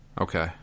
Okay